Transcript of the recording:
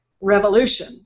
Revolution